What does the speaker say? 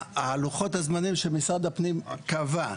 לוחות הזמנים שמשרד הפנים קבע.